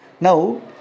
Now